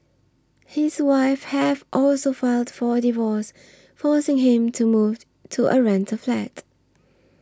his wife has also filed for a divorce forcing him to move to a rental flat